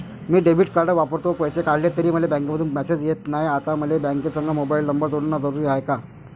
मी debit card वापरतो, पैसे काढले तरी मले बँकेमंधून मेसेज येत नाय, आता मले बँकेसंग मोबाईल नंबर जोडन जरुरीच हाय का?